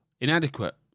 inadequate